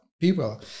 people